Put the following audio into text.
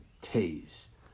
taste